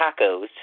tacos